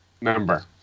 member